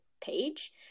page